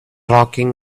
rocking